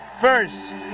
first